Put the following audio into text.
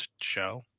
show